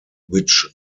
which